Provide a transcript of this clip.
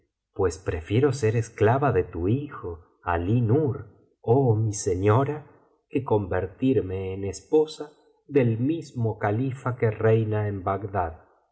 pues prefiero ser esclava de tu hijo alí nur oh mi señora que convertirme en esposa del mismo califa que reina en bagdad